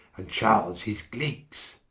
and charles his glikes?